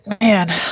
man